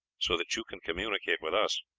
so that you can communicate with us.